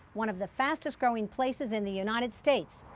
one of the fastest growing places in the united states.